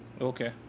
Okay